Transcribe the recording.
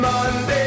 Monday